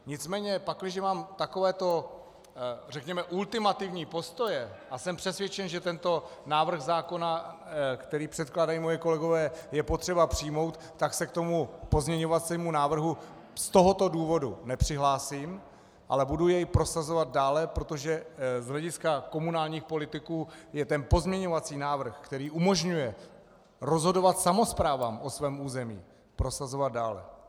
Nicméně pakliže mám takovéto ultimativní postoje, a jsem přesvědčen, že tento návrh zákona, který předkládají moji kolegové, je potřeba přijmout, tak se k tomu pozměňovacímu návrhu z tohoto důvodu nepřihlásím, ale budu jej prosazovat dále, protože z hlediska komunálních politiků je ten pozměňovací návrh, který umožňuje rozhodovat samosprávám o svém území, prosazovat dále.